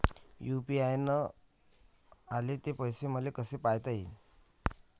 UPI न आले ते पैसे मले कसे पायता येईन?